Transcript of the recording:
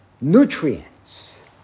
nutrients